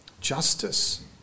justice